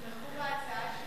תתמכו בהצעה שלי.